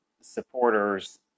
supporters